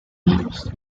years